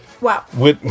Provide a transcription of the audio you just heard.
Wow